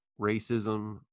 racism